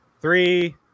three